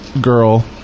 girl